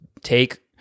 take